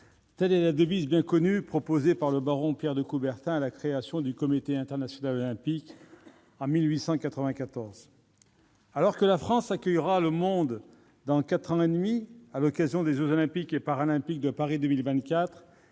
telle est la devise bien connue proposée par le baron Pierre de Coubertin à la création du Comité international olympique en 1894. Alors que la France accueillera le monde dans quatre ans et demi à l'occasion des jeux Olympiques et Paralympiques de Paris 2024,